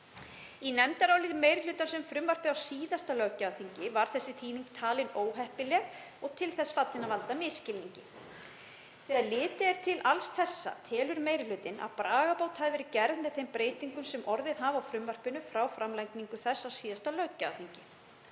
Í nefndaráliti meiri hlutans um frumvarpið á síðasta löggjafarþingi var þessi þýðing talin óheppileg og til þess fallin að valda misskilningi. Þegar litið er til alls þessa telur meiri hlutinn að bragarbót hafi verið gerð með þeim breytingum sem orðið hafa á frumvarpinu frá framlagningu þess á síðasta löggjafarþingi.